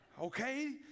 Okay